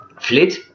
Flit